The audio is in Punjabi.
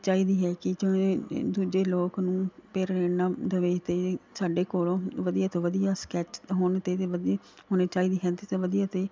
ਚਾਹੀਦੀ ਹੈ ਕਿ ਜੋ ਇਹ ਦੂਸਰੇ ਲੋਕ ਨੂੰ ਪ੍ਰੇਰਨਾ ਦੇਵੇ ਅਤੇ ਸਾਡੇ ਕੋਲੋਂ ਵਧੀਆ ਤੋਂ ਵਧੀਆ ਸਕੈਚ ਹੋਣ ਅਤੇ ਵਧੀਆ ਹੋਣੇ ਚਾਹੀਦੀ ਹੈ ਅਤੇ ਵਧੀਆ ਤੋਂ